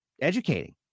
Educating